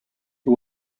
who